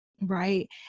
Right